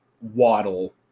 Waddle